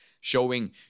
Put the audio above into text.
showing